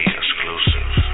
exclusive